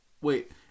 wait